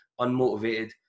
unmotivated